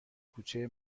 کوچه